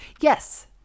Yes